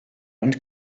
und